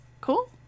cool